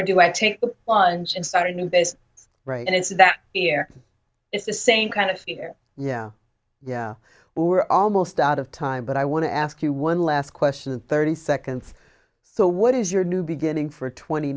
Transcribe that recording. or do i take the plunge and start anew that is right and it's that fear is the same kind of fear yeah yeah we're almost out of time but i want to ask you one last question and thirty seconds so what is your new beginning for twenty